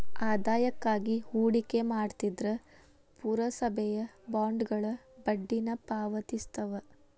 ಆದಾಯಕ್ಕಾಗಿ ಹೂಡಿಕೆ ಮಾಡ್ತಿದ್ರ ಪುರಸಭೆಯ ಬಾಂಡ್ಗಳ ಬಡ್ಡಿನ ಪಾವತಿಸ್ತವ